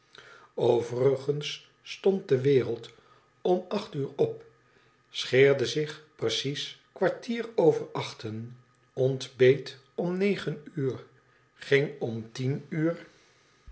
overigens stond de wereld om acht uur op scheerde zich precies kwartier over achten ontbeet om negen uur ging om tien uur